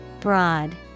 Broad